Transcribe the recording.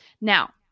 Now